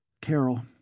Carol